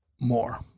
more